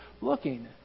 looking